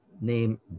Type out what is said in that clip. name